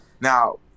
Now